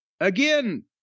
Again